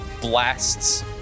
blasts